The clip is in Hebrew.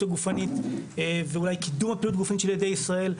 הגופנית ואולי קידום הפעילות הגופנית של ילדי ישראל.